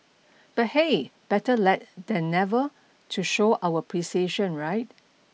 but hey better let than never to show our appreciation right